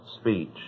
speech